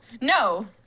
No